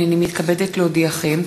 הנני מתכבדת להודיעכם,